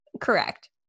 Correct